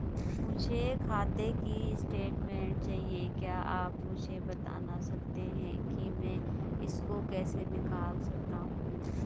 मुझे खाते की स्टेटमेंट चाहिए क्या आप मुझे बताना सकते हैं कि मैं इसको कैसे निकाल सकता हूँ?